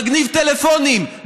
מגניב טלפונים,